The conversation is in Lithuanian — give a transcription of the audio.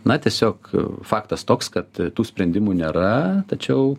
na tiesiog faktas toks kad tų sprendimų nėra tačiau